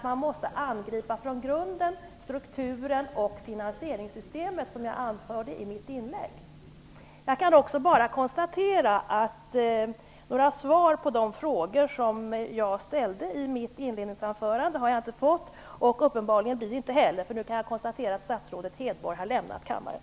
Man måste angripa strukturen och finansieringssystemet från grunden, som jag anförde i mitt inlägg. Jag kan också konstatera att jag inte har fått några svar på de frågor som jag ställde i mitt inledningsanförande. Det blir uppenbarligen inga, för nu kan jag konstatera att statsrådet Hedborg har lämnat kammaren.